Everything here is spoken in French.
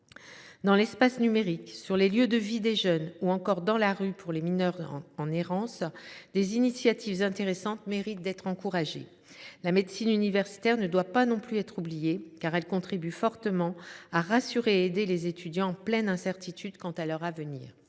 Dans l’espace numérique, sur les lieux de vie des jeunes ou encore dans la rue pour les mineurs en errance, des initiatives intéressantes méritent d’être encouragées. La médecine universitaire ne doit pas non plus être oubliée, car elle contribue fortement à rassurer et à aider les étudiants en pleine incertitude quant à leur avenir.